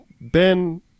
Ben